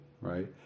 right